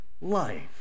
life